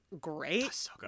great